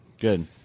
good